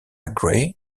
grey